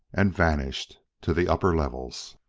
and vanished, to the upper levels.